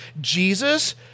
Jesus